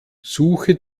suche